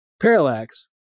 parallax